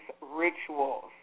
rituals